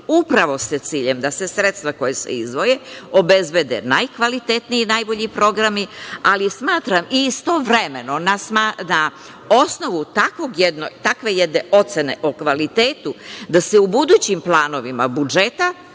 upravo sa ciljem da se sredstva koja se izdvoje, obezbede najkvalitetniji i najbolji programi, ali smatram istovremeno da osnovu takve jedne ocene o kvalitetu da se u budućim planovima budžeta,